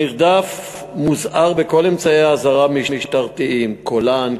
הנרדף מוזהר בכל אמצעי האזהרה המשטרתיים: קולן,